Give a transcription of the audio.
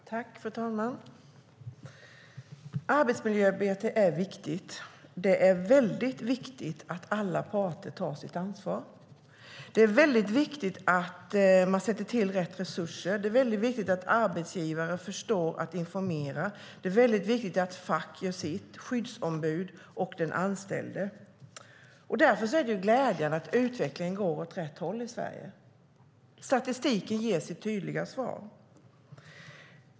Fru talman! Arbetsmiljöarbete är viktigt. Det är viktigt att alla parter tar sitt ansvar. Det är väldigt viktigt att man sätter till rätt resurser, att arbetsgivaren förstår att informera och att facket, skyddsombudet och den anställde gör sitt. Därför är det glädjande att utvecklingen i Sverige går åt rätt håll. Statistiken ger sitt tydliga svar.